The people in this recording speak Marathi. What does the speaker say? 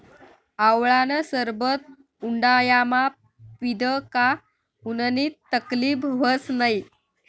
आवळानं सरबत उंडायामा पीदं का उननी तकलीब व्हस नै